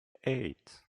eight